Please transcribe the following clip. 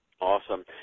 Awesome